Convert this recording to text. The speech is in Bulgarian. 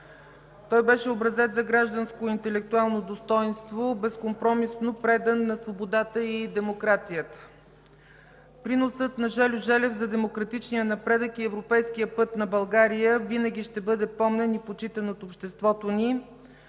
Той беше образец за гражданско и интелектуално достойнство, безкомпромисно предан на свободата и демокрацията. Приносът на Желю Желев за демократичния напредък и европейския път на България винаги ще бъде помнен и почитан от обществото ни.